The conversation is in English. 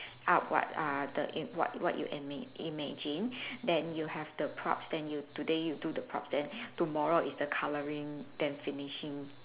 up what are the in what what you admi~ imagine then you have the props then you today you do the props then tomorrow is the colouring then finishing